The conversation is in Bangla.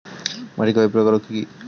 মাটি কয় প্রকার ও কি কি?